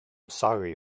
sorry